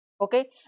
Okay